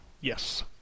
Yes